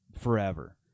forever